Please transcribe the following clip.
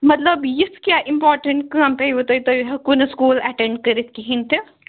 مطلَب یِژھ کیٛاہ اِمپاٹیٚنٛٹ کٲم پیٚوٕ تۅہہِ تُہۍ ہیوٚکوٕ نہٕ سکوٗل ایٚٹنٛڈ کٔرِتھ کِہیٖنٛۍ تہِ